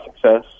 success